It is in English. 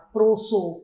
Proso